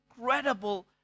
incredible